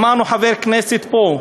שמענו חבר כנסת פה,